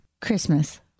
Christmas